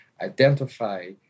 identify